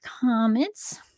comments